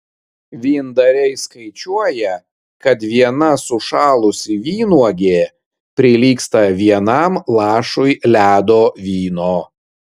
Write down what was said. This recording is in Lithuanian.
vyndariai skaičiuoja kad viena sušalusi vynuogė prilygsta vienam lašui ledo vyno